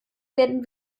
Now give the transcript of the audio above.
werden